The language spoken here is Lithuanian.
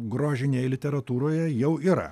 grožinėj literatūroje jau yra